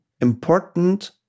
important